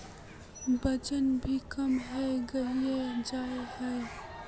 वजन भी कम है गहिये जाय है?